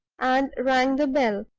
and rang the bell.